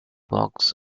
bogs